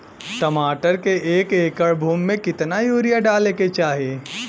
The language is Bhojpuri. टमाटर के एक एकड़ भूमि मे कितना यूरिया डाले के चाही?